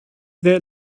that